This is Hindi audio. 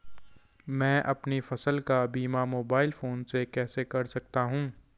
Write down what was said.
मैं अपनी फसल का बीमा मोबाइल फोन से कैसे कर सकता हूँ?